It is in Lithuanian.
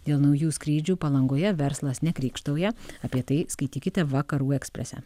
dėl naujų skrydžių palangoje verslas nekrykštauja apie tai skaitykite vakarų eksprese